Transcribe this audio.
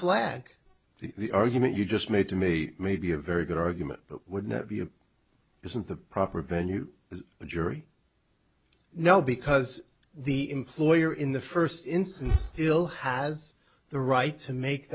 flag the argument you just made to me may be a very good argument but would not be a isn't the proper venue for a jury no because the employer in the first instance still has the right to make